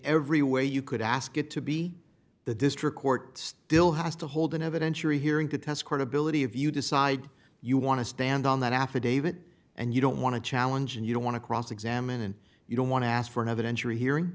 every way you could ask it to be the district court still has to hold an evidentiary hearing to test credibility of you decide you want to stand on that affidavit and you don't want to challenge and you don't want to cross examine and you don't want to ask for evidence you're hearing